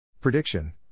Prediction